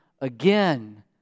again